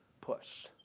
push